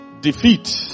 Defeat